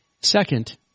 Second